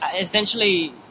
essentially